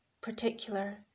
particular